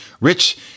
rich